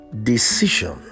decision